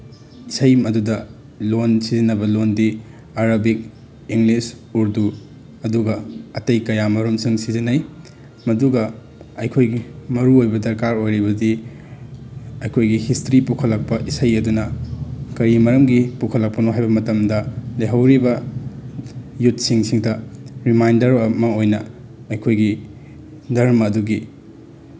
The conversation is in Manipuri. ꯏꯁꯩ ꯑꯗꯨꯗ ꯂꯣꯜ ꯁꯤꯖꯤꯟꯅꯕ ꯂꯣꯜꯗꯤ ꯑꯔꯕꯤꯛ ꯏꯪꯂꯤꯁ ꯎꯔꯗꯨ ꯑꯗꯨꯒ ꯑꯇꯩ ꯀꯌꯥ ꯑꯃꯔꯣꯝꯁꯨ ꯁꯤꯖꯤꯟꯅꯩ ꯃꯗꯨꯒ ꯑꯩꯈꯣꯏꯒꯤ ꯃꯔꯨꯑꯣꯏꯕ ꯗꯔꯀꯥꯔ ꯑꯣꯏꯔꯤꯕꯗꯤ ꯑꯩꯈꯣꯏꯒꯤ ꯍꯤꯁꯇ꯭ꯔꯤ ꯄꯨꯈꯠꯂꯛꯄ ꯏꯁꯩ ꯑꯗꯨꯅ ꯀꯩ ꯃꯔꯝꯒꯤ ꯄꯨꯈꯠꯂꯛꯄꯅꯣ ꯍꯥꯏꯕ ꯃꯇꯝꯗ ꯂꯩꯍꯧꯔꯤꯕ ꯌꯨꯠꯁꯤꯡꯁꯤꯗ ꯔꯤꯃꯥꯏꯟꯗꯔ ꯑꯃ ꯑꯣꯏꯅ ꯑꯩꯈꯣꯏꯒꯤ ꯙꯔꯃ ꯑꯗꯨꯒꯤ